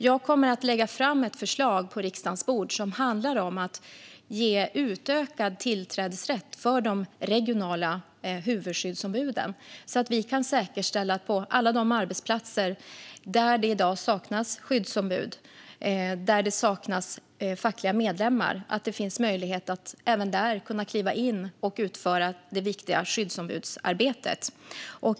Jag kommer att lägga fram ett förslag till riksdagen om att ge utökad tillträdesrätt för de regionala huvudskyddsombuden, så att vi kan säkerställa att det på alla de arbetsplatser där det i dag saknas skyddsombud och fackliga medlemmar finns möjlighet för de regionala huvudskyddsombuden att gå in och utföra det viktiga skyddsombudsarbetet.